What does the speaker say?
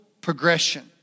progression